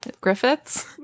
Griffiths